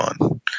on